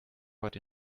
but